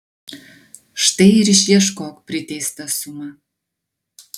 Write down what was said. štai ir išieškok priteistą sumą